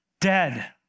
dead